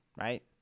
Right